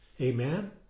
Amen